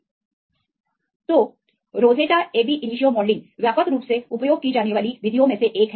तो Rosetta ab initio modelling के लिए व्यापक रूप से उपयोग की जाने वाली विधियों में से एक है